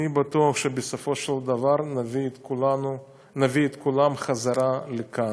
אני בטוח שבסופו של דבר נביא את כולם בחזרה לכאן.